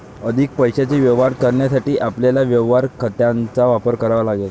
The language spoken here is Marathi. अधिक पैशाचे व्यवहार करण्यासाठी आपल्याला व्यवहार खात्यांचा वापर करावा लागेल